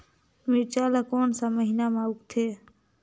मिरचा ला कोन सा महीन मां उगथे?